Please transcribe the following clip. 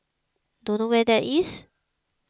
don't know where that is